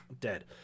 dead